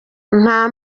nta